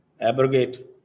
abrogate